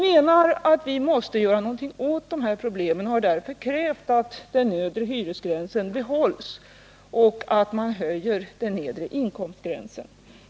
Vi anser att vi måste göra någonting åt de här problemen och har därför krävt att den nedre hyresgränsen behålls och att man höjer den nedre inkomstgränsen.